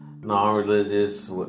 non-religious